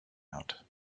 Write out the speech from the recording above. out